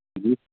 جی